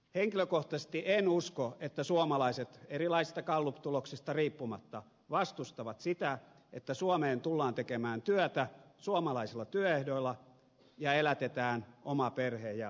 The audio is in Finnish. henkilökohtaisesti en usko erilaisista galluptuloksista riippumatta että suomalaiset vastustavat sitä että suomeen tullaan tekemään työtä suomalaisilla työehdoilla ja elätetään oma perhe ja oma itsensä